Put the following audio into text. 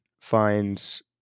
finds